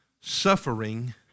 suffering